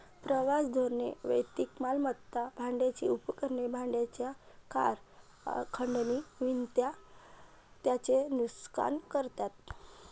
प्रवास धोरणे वैयक्तिक मालमत्ता, भाड्याची उपकरणे, भाड्याच्या कार, खंडणी विनंत्या यांचे नुकसान करतात